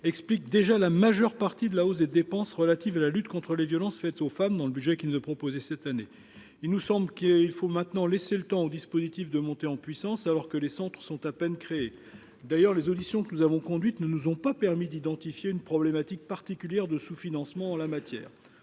explique déjà la majeure partie de la hausse des dépenses relatives à la lutte contre les violences faites aux femmes dans le budget qui ne proposer cette année, il nous semble qu'il faut maintenant laisser le temps au dispositif de monter en puissance alors que les centres sont à peine créé, d'ailleurs, les auditions que nous avons conduite ne nous ont pas permis d'identifier une problématique particulière de sous-financement en la matière,